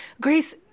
Grace